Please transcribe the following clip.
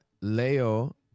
Leo